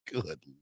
Good